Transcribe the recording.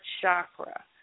chakra